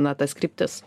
na tas kryptis